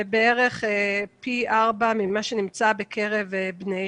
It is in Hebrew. ובערך פי ארבעה ממה שנמצא בקרב בני ישיבות.